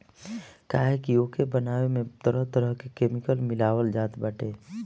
काहे की ओके बनावे में तरह तरह के केमिकल मिलावल जात बाटे